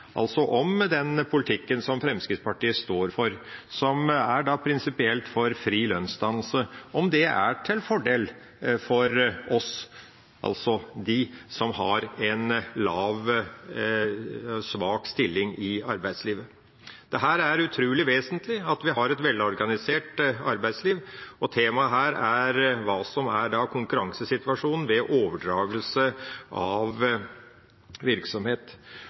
om den politikken som Fremskrittspartiet står for, som prinsipielt er for fri lønnsdannelse, er til fordel for dem som har en svak stilling i arbeidslivet. Det er utrolig vesentlig at vi har et velorganisert arbeidsliv, og temaet her er hva som er konkurransesituasjonen ved overdragelse av virksomhet.